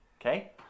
Okay